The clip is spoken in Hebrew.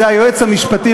זה היועץ המשפטי,